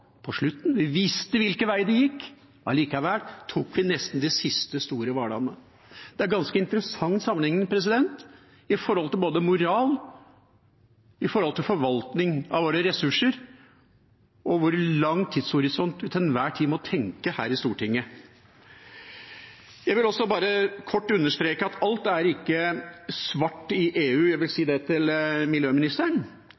på slutten. Vi visste hvilken vei det gikk. Likevel tok vi nesten de siste store hvalene. Det er en ganske interessant sammenligning med tanke på både moral, forvaltningen av våre ressurser og hvor lang tidshorisont vi til enhver tid må tenke i her i Stortinget. Jeg vil også bare kort understreke at alt ikke er svart i EU. Jeg vil